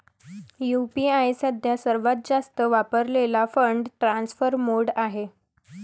UPI सध्या सर्वात जास्त वापरलेला फंड ट्रान्सफर मोड आहे